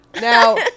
Now